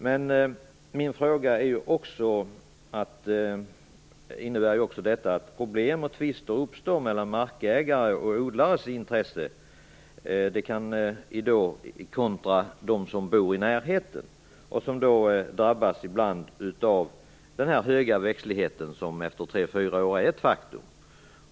Men min fråga tar också upp att problem och tvister uppstår mellan markägares och odlares intressen kontra de som bor i närheten, som ibland drabbas av den höga växtlighet som efter tre fyra år är ett faktum.